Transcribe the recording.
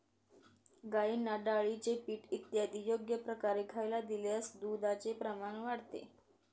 गाईंना डाळीचे पीठ इत्यादी योग्य प्रकारे खायला दिल्यास दुधाचे प्रमाण वाढते